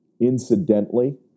incidentally